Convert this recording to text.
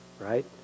right